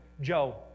Joe